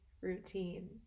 routine